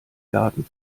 garten